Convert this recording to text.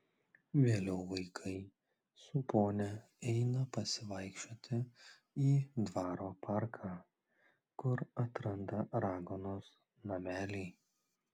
vėliau vaikai su ponia eina pasivaikščioti į dvaro parką kur atranda raganos namelį